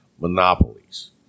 monopolies